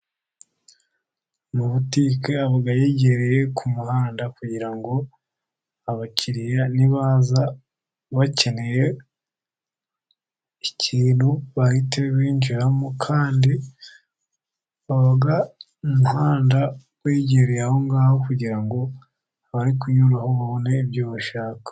Muri butike haba hegereye ku muhanda kugira ngo abakiriya nibaza bakeneye ikintu bahite binjiramo, kandi baba umuhanda uhegereye aho ngaho, kugira ngo abari kuhanyura babone ibyo bashaka.